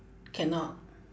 cannot